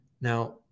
Now